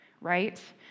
right